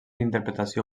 interpretació